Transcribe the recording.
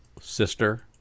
sister